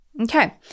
Okay